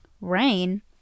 Rain